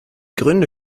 gründe